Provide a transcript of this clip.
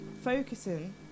focusing